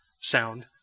sound